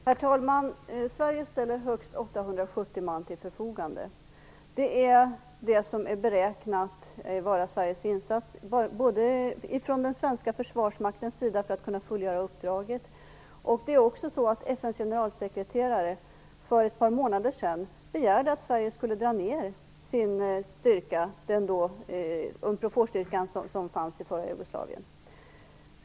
Herr talman! Sverige ställer högst 870 man till förfogande. Det är det som är beräknat vara Sveriges insats för att den svenska försvarsmakten skall kunna fullgöra uppdraget. FN:s generalsekreterare begärde också för ett par månader sedan att Sverige skulle dra ned den Unprofor-styrka som fanns i förra Jugoslavien.